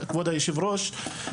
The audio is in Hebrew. כבוד היושב ראש,